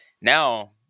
now